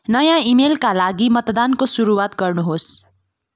नयाँ इमेलका लागि मतदानको सुरुआत गर्नुहोस्